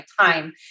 time